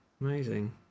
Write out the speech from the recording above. amazing